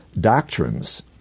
doctrines